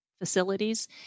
facilities